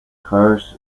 cars